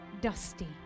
dusty